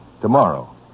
tomorrow